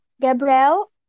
Gabriel